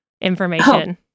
information